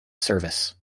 service